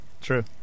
True